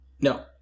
No